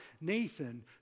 Nathan